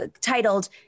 titled